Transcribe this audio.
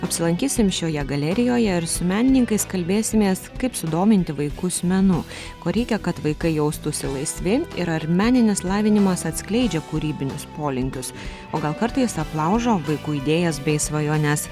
apsilankysim šioje galerijoje ir su menininkais kalbėsimės kaip sudominti vaikus menu ko reikia kad vaikai jaustųsi laisvi ir ar meninis lavinimas atskleidžia kūrybinius polinkius o gal kartais aplaužo vaikų idėjas bei svajones